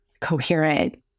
coherent